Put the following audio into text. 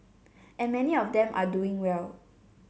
and many of them are doing well